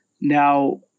Now